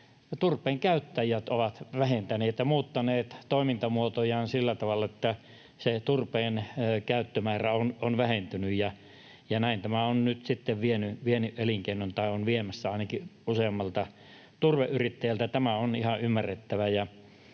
turpeen käyttäjät ovat vähentäneet käyttöä ja muuttaneet toimintamuotojaan sillä tavalla, että se turpeen käyttömäärä on vähentynyt. Näin tämä on nyt sitten vienyt elinkeinon tai on viemässä ainakin useammalta turveyrittäjältä. Tämä on ihan ymmärrettävää.